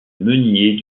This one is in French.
meuniers